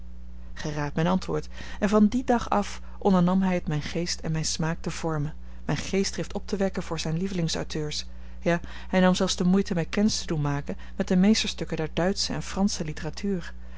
raadt mijn antwoord en van dien dag af ondernam hij het mijn geest en mijn smaak te vormen mijn geestdrift op te wekken voor zijne lievelings auteurs ja hij nam zelfs de moeite mij kennis te doen maken met de meesterstukken der duitsche en fransche litteratuur